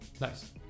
Nice